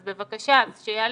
אז, בבקשה, שיעלה.